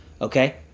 okay